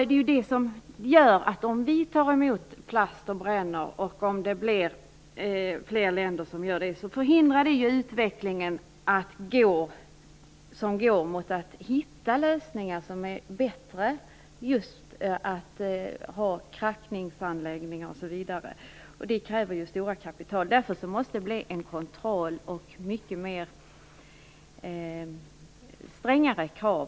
Men om vi tar emot och förbränner plast, och om andra länder gör det, förhindrar det utvecklingen mot att hitta bättre lösningar - som just krackningsanläggningar osv. Dessa lösningar kräver mycket kapital. Därför måste det bli kontroll och strängare krav.